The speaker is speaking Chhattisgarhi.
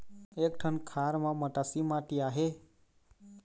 एक ठन खार म मटासी माटी आहे?